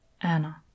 anna